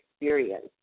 experience